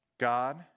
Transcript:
God